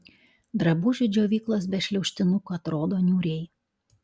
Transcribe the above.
drabužių džiovyklos be šliaužtinukų atrodo niūriai